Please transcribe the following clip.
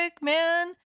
man